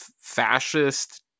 fascist